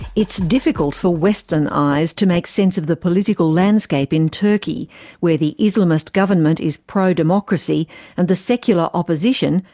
it's difficult for western eyes to make sense of the political landscape in turkey where the islamist government is pro-democracy and the secular opposition,